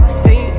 see